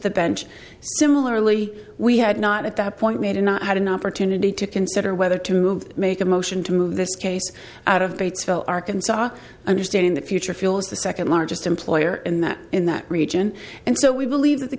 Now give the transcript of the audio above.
the bench similarly we had not at that made and not had an opportunity to consider whether to move make a motion to move this case out of batesville arkansas understanding the future feels the second largest employer in that in that region and so we believe that the